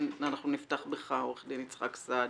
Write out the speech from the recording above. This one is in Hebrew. נפתח בעורך דין יצחק סעד,